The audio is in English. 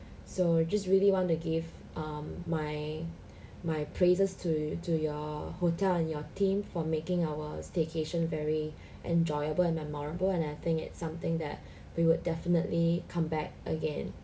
so it just really want to give um my my praises to to your hotel and your team for making our staycation very enjoyable and memorable and I think it's something that we would definitely come back again